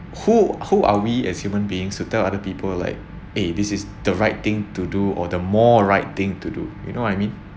who who are we as human beings to tell other people like eh this is the right thing to do or the more right thing to do you know what I mean